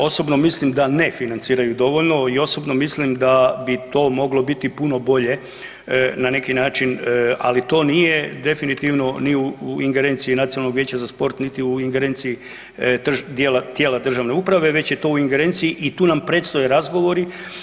Osobno mislim da ne financiraju dovoljno i osobno mislim da bi to moglo biti puno bolje na neki način, ali to nije definitivno ni u ingerenciji Nacionalnog vijeća za sport niti u ingerenciji tijela državne uprave već je to u ingerenciji i tu nam predstoje razgovori.